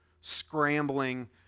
scrambling